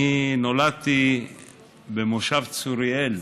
אני נולדתי במושב צוריאל